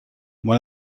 one